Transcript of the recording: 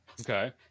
Okay